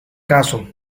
caso